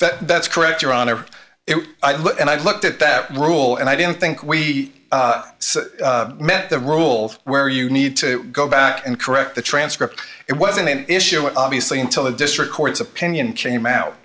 that that's correct your honor and i looked at that rule and i don't think we met the rule where you need to go back and correct the transcript it wasn't an issue obviously until the district court's opinion came out